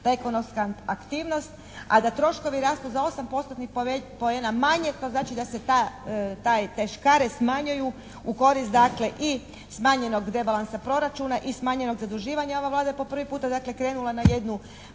ta ekonomska aktivnost. A da troškovi rastu za 8% poena manje. To znači da se ta, taj, te škare smanjuju u korist dakle i smanjenog debalansa proračuna i smanjenog zaduživanja. Ova Vlada je po prvi puta dakle krenula na jednu